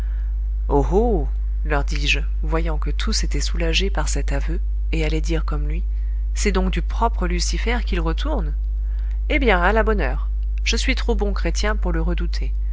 leur dis-je voyant que tous étaient soulagés par cet aveu et allaient dire comme lui c'est donc du propre lucifer qu'il retourne eh bien à la bonne heure je suis trop bon chrétien pour le redouter